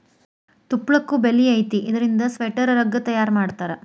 ತುಪ್ಪಳಕ್ಕು ಬೆಲಿ ಐತಿ ಇದರಿಂದ ಸ್ವೆಟರ್, ರಗ್ಗ ತಯಾರ ಮಾಡತಾರ